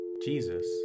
Jesus